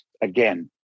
again